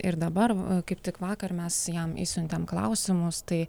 ir dabar kaip tik vakar mes jam išsiuntėm klausimus tai